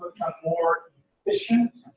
more efficient,